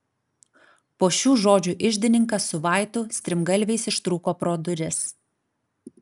po šių žodžių iždininkas su vaitu strimgalviais išrūko pro duris